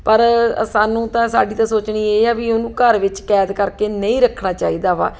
ਪਰ ਸਾਨੂੰ ਤਾਂ ਸਾਡੀ ਤਾਂ ਸੋਚਣੀ ਇਹ ਆ ਵੀ ਉਹਨੂੰ ਘਰ ਵਿੱਚ ਕੈਦ ਕਰਕੇ ਨਹੀਂ ਰੱਖਣਾ ਚਾਹੀਦਾ ਵਾ